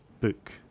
book